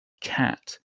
cat